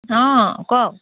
অঁ কওক